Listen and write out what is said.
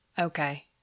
Okay